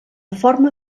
forma